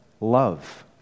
love